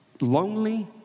Lonely